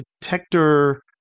detector